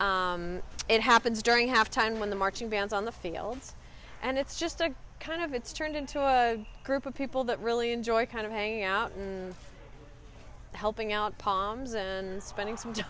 and it happens during halftime when the marching bands on the fields and it's just kind of it's turned into a group of people that really enjoy kind of hanging out and helping out palms and spending